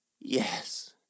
Yes